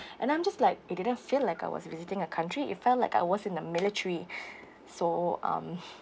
and then I'm just like it didn't feel like I was visiting a country it felt like I was in the military so um